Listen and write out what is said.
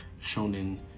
shonen